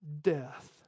death